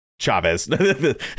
chavez